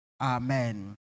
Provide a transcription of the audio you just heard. Amen